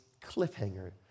cliffhanger